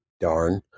Darn